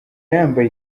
yambaye